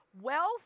Wealth